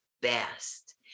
best